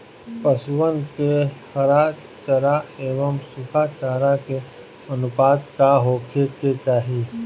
पशुअन के हरा चरा एंव सुखा चारा के अनुपात का होखे के चाही?